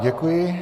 Děkuji.